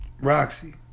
Roxy